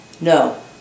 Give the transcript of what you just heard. no